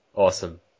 Awesome